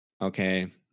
Okay